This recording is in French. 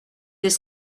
des